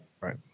Right